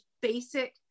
basic